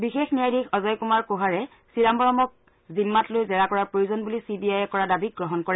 বিশেষ ন্যায়াধীশ অজয় কুমাৰ কোহাৰে চিদাম্বৰমক জিম্মাতলৈ জেৰা কৰাৰ প্ৰয়োজন বুলি চি বি আইয়ে কৰা দাবীক গ্ৰহণ কৰে